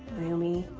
roomie.